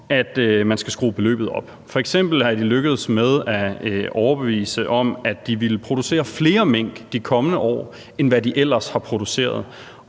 at man skal skrue beløbet op. F.eks. er de lykkedes med at overbevise om, at de ville producere flere mink i de kommende år, end hvad de ellers har produceret.